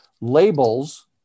labels